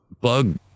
bug